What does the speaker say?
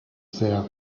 ser